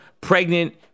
pregnant